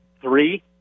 three